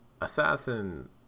Assassin